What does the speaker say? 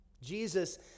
Jesus